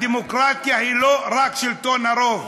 הדמוקרטיה היא לא רק שלטון הרוב.